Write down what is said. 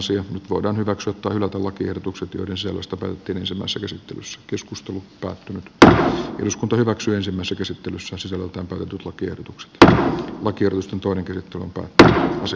nyt voidaan hyväksyä tai hylätä lakiehdotukset joiden sieluista peltinen samassa käsittelyssä keskustelutta että sisällöstä päätettiin ensimmäisessä käsittelyssä sisällöltään tukipaketin tucs c vakiotanssi toinen kertoo että se